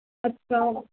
اچھا